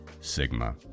sigma